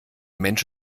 mensch